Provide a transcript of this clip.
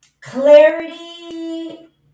clarity